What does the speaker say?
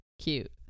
Cute